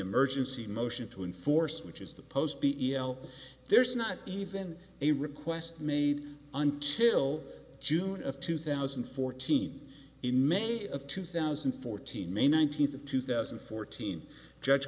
emergency motion to enforce which is the post b e l there's not even a request made until june of two thousand and fourteen in may of two thousand and fourteen may nineteenth two thousand and fourteen judge